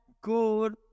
good